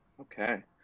Okay